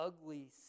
ugly